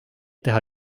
teha